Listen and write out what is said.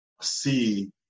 see